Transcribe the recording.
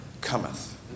cometh